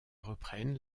reprennent